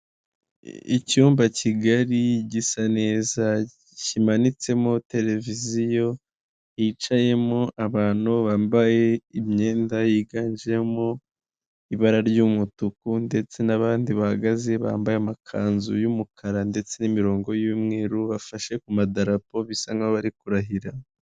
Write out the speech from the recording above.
Icyumba kigali gisa neza kimanitsemo televiziyo yicayemo abantu bambaye imyenda yiganjemo ibara ry'umutuku ndetse nabandi bahagaze bambaye amakanzu yumukara ndetse n'imirongo y'umweru bafashe ku madarapo bisa nkaho bariri kurahira.